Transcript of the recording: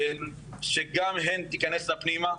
שגם הן תיכנסנה פנימה.